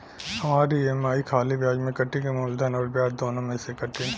हमार ई.एम.आई खाली ब्याज में कती की मूलधन अउर ब्याज दोनों में से कटी?